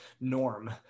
norm